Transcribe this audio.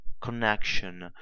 connection